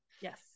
Yes